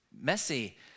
messy